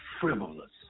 frivolous